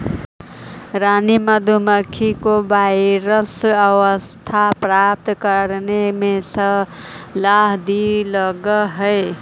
रानी मधुमक्खी को वयस्क अवस्था प्राप्त करने में सोलह दिन लगह हई